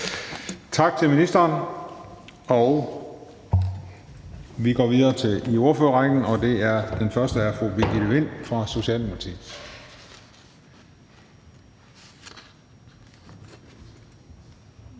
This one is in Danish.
tak til ministeren. Vi går videre i ordførerrækken, og den første er fru Birgitte Vind fra Socialdemokratiet.